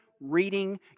Reading